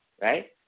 Right